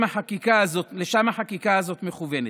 לשם החקיקה הזאת מכוונת,